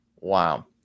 Wow